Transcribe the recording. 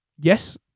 yes